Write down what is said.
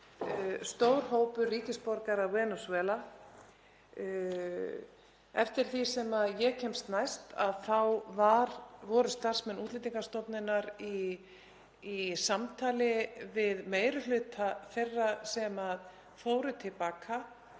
stór hópur ríkisborgara Venesúela, og eftir því sem ég kemst næst þá voru starfsmenn Útlendingastofnunar í samtali við meiri hluta þeirra sem fóru til baka.